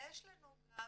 יש לנו גם